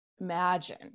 imagine